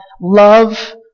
love